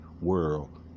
world